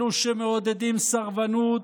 אלו שמעודדים סרבנות,